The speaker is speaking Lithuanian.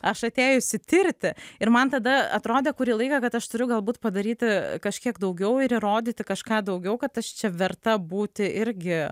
aš atėjusi tirti ir man tada atrodė kurį laiką kad aš turiu galbūt padaryti kažkiek daugiau ir įrodyti kažką daugiau kad aš čia verta būti irgi